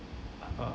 like uh